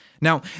Now